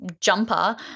jumper